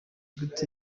gute